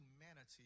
humanity